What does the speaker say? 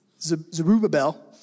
Zerubbabel